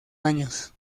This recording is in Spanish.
años